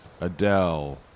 Adele